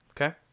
Okay